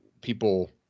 people